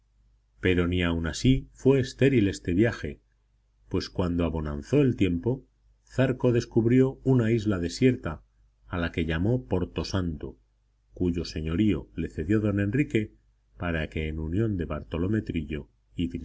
pero ni aun así fue estéril este viaje pues cuando abonanzó el tiempo zarco descubrió una isla desierta a la que llamó porto santo cuyo señorío le cedió don enrique para que en unión de bartolomé trillo